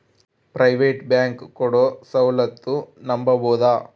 Private bank ಕೊಡೊ ಸೌಲತ್ತು ನಂಬಬೋದ?